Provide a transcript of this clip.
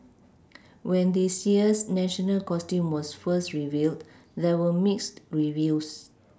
when this year's national costume was first revealed there were mixed reviews